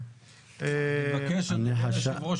יושב הראש,